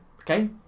Okay